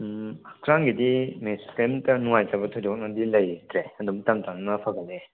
ꯎꯝ ꯍꯛꯆꯥꯡꯒꯤꯗꯤ ꯃꯤꯁ ꯀꯔꯤꯝꯇ ꯅꯨꯡꯉꯥꯏꯇꯕ ꯊꯣꯏꯗꯣꯛꯅꯗꯤ ꯂꯩꯇ꯭ꯔꯦ ꯑꯗꯨꯝ ꯇꯞ ꯇꯞꯅ ꯐꯒꯠꯂꯛꯑꯦ